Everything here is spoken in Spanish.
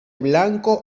blanco